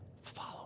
follow